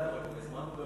אבל מזמן הוא,